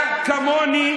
אתה כמוני,